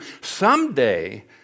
someday